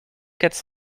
quatre